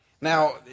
now